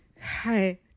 hi